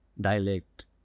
dialect